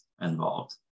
involved